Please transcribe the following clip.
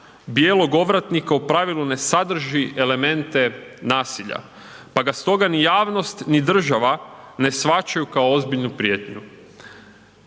bijelog ovratnika u pravilu ne sadrži elemente nasilja, pa ga stoga ni javnost ni država ne shvaćaju kao ozbiljnu prijetnju.